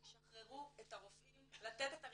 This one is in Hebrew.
שחררו את הרופאים לתת את הרישיונות.